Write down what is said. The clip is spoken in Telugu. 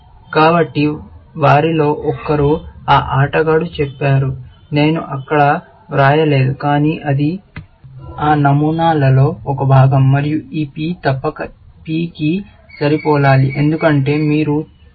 కాబట్టి వారిలో ఒకరు ఆ ఆటగాడు చెప్పారు నేను అక్కడ వ్రాయలేదు కానీ అది ఆ నమూనాలో ఒక భాగం మరియు ఈ P తప్పక ఈ P కి సరిపోలాలి ఎందుకంటే మీరు చూస్తారు